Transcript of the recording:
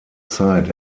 zeit